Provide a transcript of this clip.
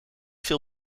veel